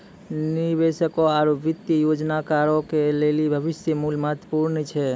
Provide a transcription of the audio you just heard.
निवेशकों आरु वित्तीय योजनाकारो के लेली भविष्य मुल्य महत्वपूर्ण छै